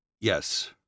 Yes